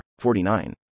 49